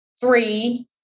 three